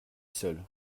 seul